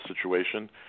situation